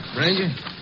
Ranger